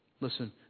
Listen